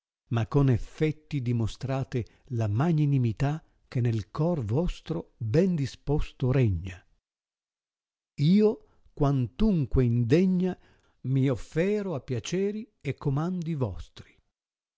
ma con effetti dimostrate la magnanimità che nel cor vostro ben disposto regna io quantunque indegna mio fero a piaceri e comandi vostri